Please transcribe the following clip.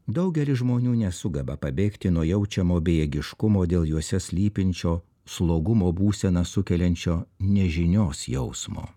daugelis žmonių nesugeba pabėgti nuo jaučiamo bejėgiškumo dėl juose slypinčio slogumo būseną sukeliančio nežinios jausmo